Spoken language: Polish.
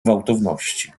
gwałtowności